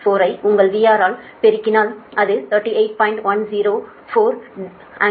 00264 ஐ உங்கள் VR ஆல் பெருக்கினால் அது 38